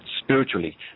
spiritually